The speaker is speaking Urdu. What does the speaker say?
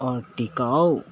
اور ٹکاؤ